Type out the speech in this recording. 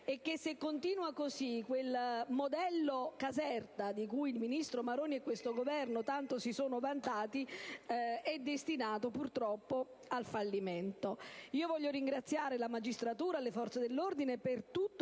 se continua così quel "modello Caserta" di cui il ministro Maroni e questo Governo tanto si sono vantati è destinato purtroppo al fallimento. Desidero ringrazio, inoltre, la magistratura e le forze dell'ordine per tutto